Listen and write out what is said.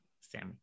Sammy